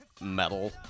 metal